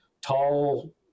tall